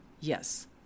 Yes